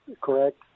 correct